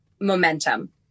momentum